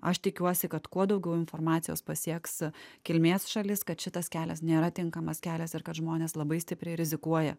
aš tikiuosi kad kuo daugiau informacijos pasieks kilmės šalis kad šitas kelias nėra tinkamas kelias ir kad žmonės labai stipriai rizikuoja